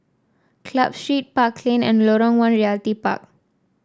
Club Street Park Lane and Lorong One Realty Park